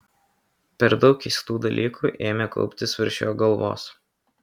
per daug keistų dalykų ėmė kauptis virš jo galvos